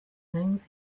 things